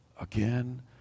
again